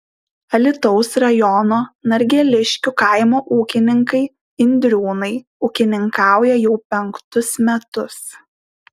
alytaus rajono norgeliškių kaimo ūkininkai indriūnai ūkininkauja jau penktus metus